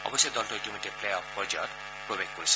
অৱশ্যে দলটো ইতিমধ্যে প্লে অফ পৰ্যায়ত প্ৰৱেশ কৰিছে